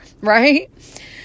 right